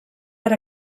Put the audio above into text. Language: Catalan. per